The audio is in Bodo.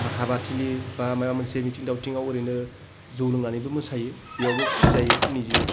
हाबाथिलि बा माबा मोनसे मिथिं दावथिंआव ओरैनो जौ लोंनानैबो मोसायो बेयावबो खुसि जायो निजे